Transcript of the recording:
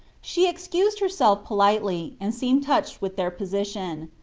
she excused herself politely, and seemed touched with their position.